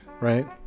right